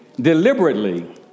Deliberately